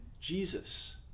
Jesus